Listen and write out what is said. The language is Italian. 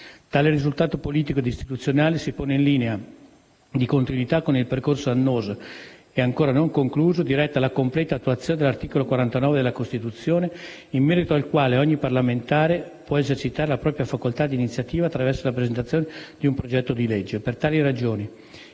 Tale risultato politico e istituzionale si pone in linea di continuità con il percorso annoso, e ancora non concluso, diretto alla completa attuazione all'articolo 49 della Costituzione, in merito al quale ogni parlamentare può esercitare la propria facoltà di iniziativa attraverso la presentazione di un progetto di legge. Per tali ragioni